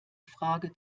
frage